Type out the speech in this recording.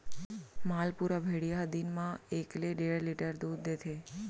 मालपुरा भेड़िया ह दिन म एकले डेढ़ लीटर दूद देथे